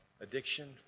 addiction